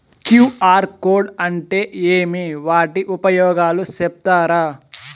QR code అంటే ఏమి వాటి ఉపయోగాలు సెప్తారా?